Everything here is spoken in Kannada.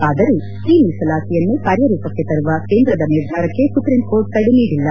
ಆದರೂ ಈ ಮೀಸಲಾತಿಯನ್ನು ಕಾರ್ಯರೂಪಕ್ಕೆ ತರುವ ಕೇಂದ್ರದ ನಿರ್ಧಾರಕ್ಕೆ ಸುಪ್ರೀಂಕೋರ್ಟ್ ತದೆ ನೀಡಿಲ್ಲ